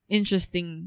interesting